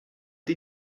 did